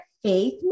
Faith